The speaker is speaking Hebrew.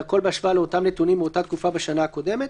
והכול בהשוואה לאותם נתונים מאותה תקופה בשנה הקודמת.